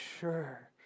sure